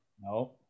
no